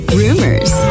rumors